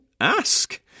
ask